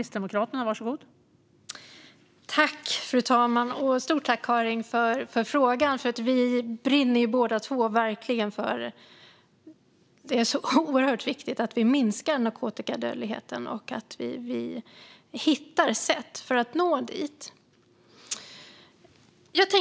Fru talman! Stort tack, Karin, för frågan! Vi brinner båda två för detta. Det är oerhört viktigt att minska narkotikadödligheten. Vi måste hitta sätt att nå dit.